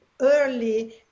early